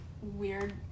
weird